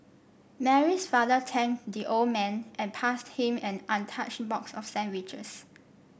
Mary's father thanked the old man and passed him an untouched box of sandwiches